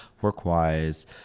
work-wise